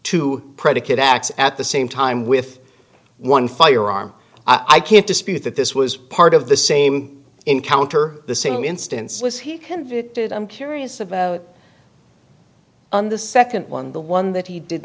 to predicate acts at the same time with one firearm i can't dispute that this was part of the same encounter the same instance was he convicted i'm curious about the second one the one that he did